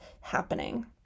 happening